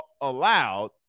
allowed